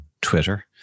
Twitter